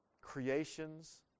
creations